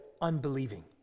unbelieving